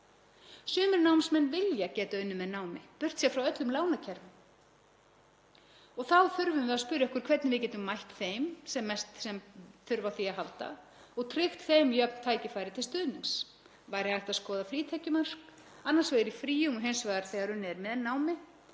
Sumir námsmenn vilja geti unnið með námi, burt séð frá öllum lánakerfum, og þá þurfum við að spyrja okkur hvernig við getum mætt þeim sem best sem þurfa á því að halda og tryggt þeim jöfn tækifæri til stuðnings. Væri hægt að skoða frítekjumörk, annars vegar í fríum og hins vegar þegar unnið er með námi